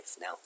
now